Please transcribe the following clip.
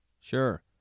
Sure